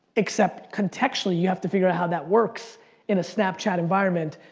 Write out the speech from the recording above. except contextually, you have to figure out how that works in a snapchat environment.